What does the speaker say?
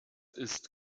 ist